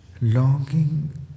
longing